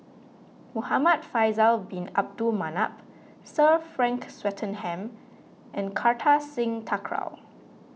Muhamad Faisal Bin Abdul Manap Sir Frank Swettenham and Kartar Singh Thakral